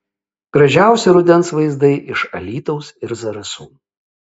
gražiausi rudens vaizdai iš alytaus ir zarasų